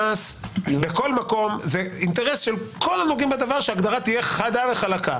בכל מקום זה אינטרס של כל הנוגעים בדבר שההגדרה תהיה חדה וחלקה: